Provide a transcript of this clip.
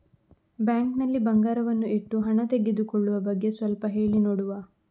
Bank ನಲ್ಲಿ ಬಂಗಾರವನ್ನು ಇಟ್ಟು ಹಣ ತೆಗೆದುಕೊಳ್ಳುವ ಬಗ್ಗೆ ಸ್ವಲ್ಪ ಹೇಳಿ ನೋಡುವ?